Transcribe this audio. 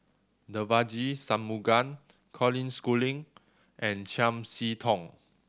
Devagi Sanmugam Colin Schooling and Chiam See Tong